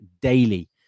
daily